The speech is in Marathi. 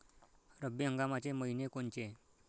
रब्बी हंगामाचे मइने कोनचे?